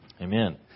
Amen